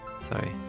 Sorry